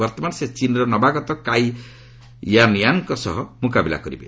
ବର୍ତ୍ତମାନ ସେ ଚୀନ୍ର ନବାଗତ କାଇ ୟାନ୍ୟାନ୍ଙ୍କ ସହ ମୁକାବିଲା କରିବେ